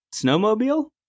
Snowmobile